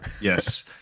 yes